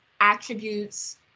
attributes